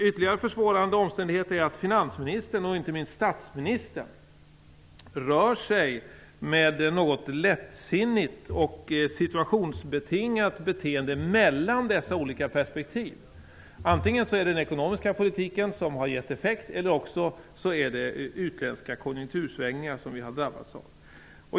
Ytterligare försvårande omständigheter är att finansministern och inte minst statsministern rör sig något lättsinnigt och situationsbetingat mellan dessa olika perspektiv. Antingen har den ekonomiska politiken gett effekt eller också har vi drabbats av utländska konjunktursvängningar.